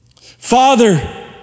Father